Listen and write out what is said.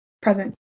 present